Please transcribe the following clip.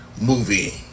movie